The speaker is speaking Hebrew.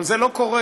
אבל זה לא קורה.